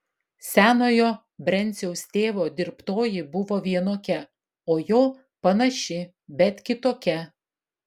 senojo brenciaus tėvo dirbtoji buvo vienokia o jo panaši bet kitokia